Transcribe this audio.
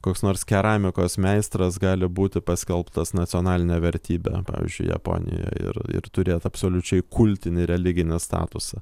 koks nors keramikos meistras gali būti paskelbtas nacionaline vertybe pavyzdžiui japonijoj ir ir turėt absoliučiai kultinį religinį statusą